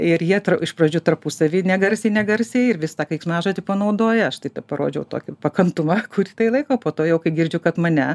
ir jie iš pradžių tarpusavy negarsiai negarsiai ir vis tą keiksmažodį panaudoja aš tai parodžiau tokį pakantumą kurį tai laiką o po to jau kai girdžiu kad mane